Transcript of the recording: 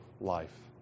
life